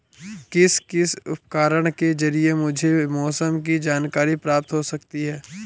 किस किस उपकरण के ज़रिए मुझे मौसम की जानकारी प्राप्त हो सकती है?